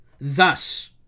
Thus